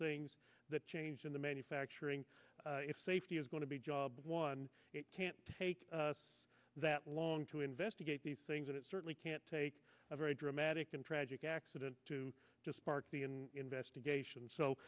things that change in the manner factoring if safety is going to be job one it can't take that long to investigate these things and it certainly can't take a very dramatic and tragic accident to just part be in investigation so